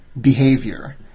behavior